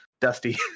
dusty